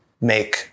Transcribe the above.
make